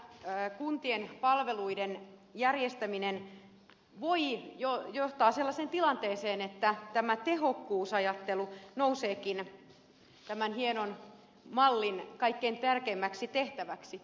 tämä kuntien palveluiden järjestäminen voi johtaa sellaiseen tilanteeseen että tämä tehokkuusajattelu nouseekin tämän hienon mallin kaikkein tärkeimmäksi tehtäväksi